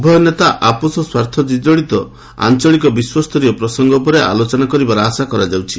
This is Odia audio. ଉଭୟ ନେତା ଆପୋଷ ସ୍ୱାର୍ଥଜଡିତ ଆଞ୍ଚଳିକ ବିଶ୍ୱସ୍ତରୀୟ ପ୍ରସଙ୍ଗ ଉପରେ ଆଲୋଚନା କରିବାର ଆଶା କରାଯାଉଛି